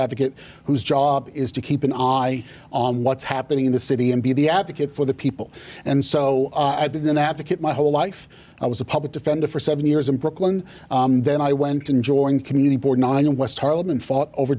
advocate whose job is to keep an eye on what's happening in the city and be the advocate for the people and so i've been an advocate my whole life i was a public defender for seven years in brooklyn then i went to enjoying community board nine west harlem and fought over